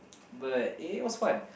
but it was fun